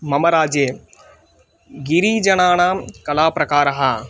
मम राज्ये गिरिजनानां कलाप्रकारः